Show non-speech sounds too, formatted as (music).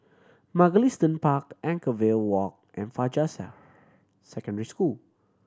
Mugliston Park Anchorvale Walk and Fajar (unintelligible) Secondary School